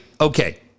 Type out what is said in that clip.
Okay